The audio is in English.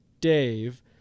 Dave